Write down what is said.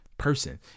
person